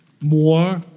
more